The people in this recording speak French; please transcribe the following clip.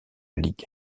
ligue